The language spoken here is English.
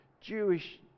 Jewish